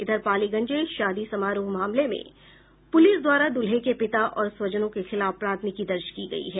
इधर पालीगंज शादी समारोह मामले में पुलिस द्वारा दूल्हे के पिता और स्वजनों के खिलाफ प्राथमिकी दर्ज की गयी है